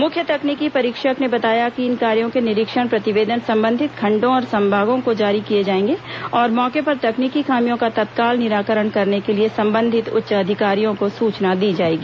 मुख्य तकनीकी परीक्षक ने बताया कि इन कार्यो के निरीक्षण प्रतिवेदन संबंधित खंडो और संभागों को जारी किए जाएंगे और मौके पर तकनीकी खामियों का तत्काल निराकरण करने के लिए संबंधित उच्च अधिकारियों को सूचना दी जाएगी